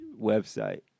website